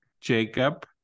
Jacob